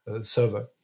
server